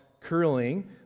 curling